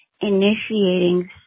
initiating